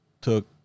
took